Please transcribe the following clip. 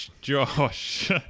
josh